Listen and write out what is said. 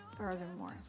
Furthermore